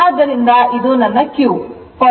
ಆದ್ದರಿಂದ ಇದು ನನ್ನ q